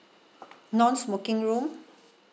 non smoking room